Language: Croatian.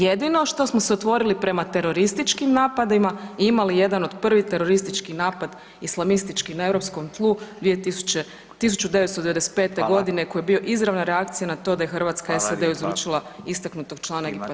Jedino što smo se otvorili prema terorističkim napadima i imali jedan od prvi teroristički napad, islamistički na europskom tlu 1995.g [[Upadica: Fala]] koji je bio izravna reakcija na to da je Hrvatska SAD-u izračila [[Upadica: Fala lijepa]] istaknutog člana … [[Govornik se ne razumije]] pokreta.